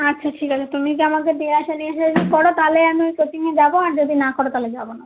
আচ্ছা ঠিক আছে তুমি যদি আমাকে দিই আসা নিয়ে আসা যদি করো তালে আমি ওই কোচিংয়ে যাবো আর যদি না করো তালে যাবো না